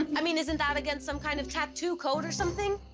um i mean, isn't that against some kind of tattoo code or something?